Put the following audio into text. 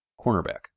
Cornerback